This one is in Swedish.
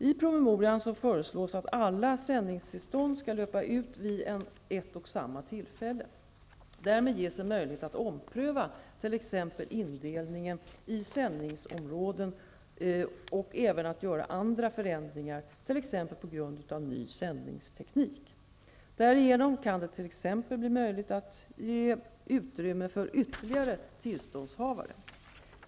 I promemorian föreslås att alla sändningstillstånd skall löpa ut vid ett och samma tillfälle. Därmed ges en möjlighet att ompröva t.ex. indelningen i sändningsområden och även att göra andra förändringar, t.ex. på grund av ny sändningsteknik. Därigenom kan det t.ex. bli möjligt att ge utrymme för ytterligare tillståndshavare.